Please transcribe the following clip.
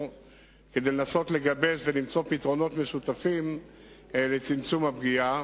כדי לנסות לגבש ולמצוא פתרונות משותפים לצמצום הפגיעה.